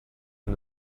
and